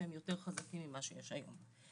שהם יותר חזקים ממה שיש היום.